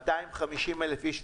250,000 איש,